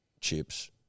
chips